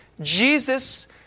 Jesus